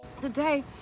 Today